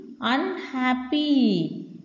Unhappy